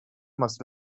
must